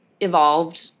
evolved